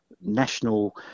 National